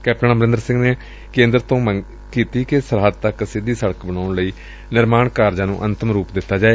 captain Amarinder Singh ਨੇ ਕੇਂਦਰ ਸਰਕਾਰ ਤੋਂ ਇਹ ਵੀ ਮੰਗ ਕੀਤੀ ਕਿ ਸਰਹੱਦ ਤੱਕ ਸਿੱਧੀ ਸੜਕ ਬਣਾਉਣ ਲਈ ਨਿਰਮਾਣ ਕਾਰਜਾਂ ਨੂੰ ਅੰਤਿਮ ਰੂਪ ਦਿੱਤਾ ਜਾਏ